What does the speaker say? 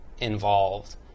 involved